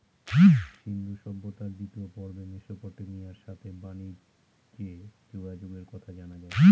সিন্ধু সভ্যতার দ্বিতীয় পর্বে মেসোপটেমিয়ার সাথে বানিজ্যে যোগাযোগের কথা জানা যায়